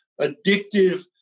addictive